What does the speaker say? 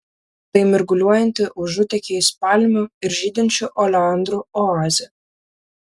tai mirguliuojanti užutėkiais palmių ir žydinčių oleandrų oazė